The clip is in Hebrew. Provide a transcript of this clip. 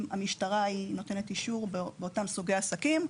אם המשטרה נותנת אישור באותם סוגי עסקים,